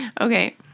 Okay